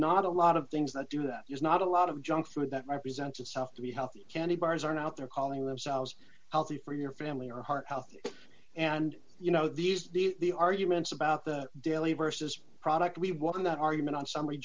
not a lot of things that do that there's not a lot of junk food that represents itself to be healthy candy bars are not out there calling themselves healthy for your family or heart healthy and you know these the arguments about the daily versus product we won that argument on s